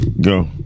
Go